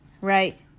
right